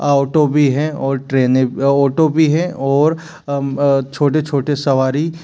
auto भी हैं और ट्रेनें ऑटो भी हैं और छोटे छोटे सवारी